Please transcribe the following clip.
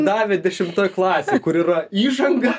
davė dešimtoj klasėj kur yra įžanga